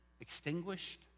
extinguished